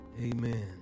Amen